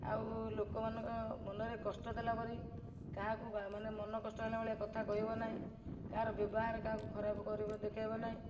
ଆଉ ଲୋକମାନଙ୍କ ମନରେ କଷ୍ଟ ଦେଲା ପରି କାହାକୁ ବା ମାନେ ମନ କଷ୍ଟ ହେଲା ଭଳିଆ କଥା କହିବ ନାହିଁ କାହାର ବ୍ୟବହାର କାହାକୁ ଖରାପ କରିବ ଦେଖାଇବନାହିଁ